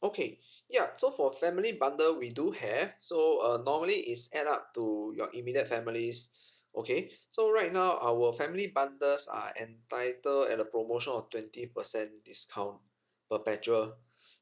okay ya so for family bundle we do have so uh normally it's add up to your immediate families okay so right now our family bundles are entitled at a promotion of twenty percent discount perpetual